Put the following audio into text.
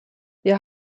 wir